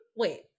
wait